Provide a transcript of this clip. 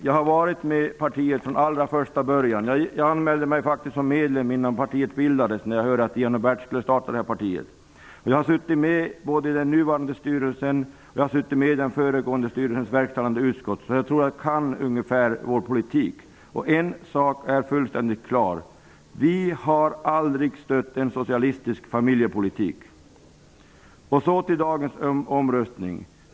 Jag har varit med i partiet från allra första början. Jag anmälde mig faktiskt som medlem innan partiet bildades när jag hörde att Ian Wachtmeister och Bert Karlsson skulle bilda partiet. Jag har suttit med i den förra styrelsens verkställande utskott, och jag sitter med i den nuvarande styrelsen. Jag tror att jag kan vår politik. En sak är fullständigt klar: Vi har aldrig stött en socialistisk familjepolitik. Så till dagens omröstning.